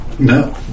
No